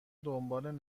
دنبال